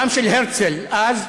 גם של הרצל אז,